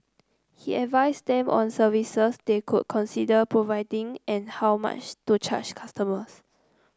he advised them on services they could consider providing and how much to charge customers